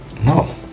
No